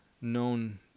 known